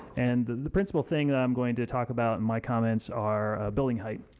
and the principal thing i am going to talk about in my comments are building height.